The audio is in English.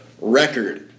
record